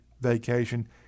vacation